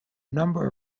number